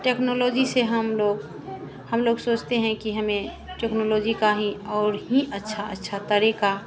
technology से हम लोग हम लोग सोचते हैं कि हमें टेक्नोलॉजी का ही और ही अच्छा अच्छा तरीक़ा